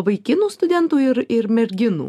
vaikinų studentų ir ir merginų